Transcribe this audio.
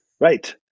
Right